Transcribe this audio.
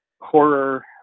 horror